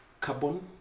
carbon